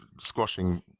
squashing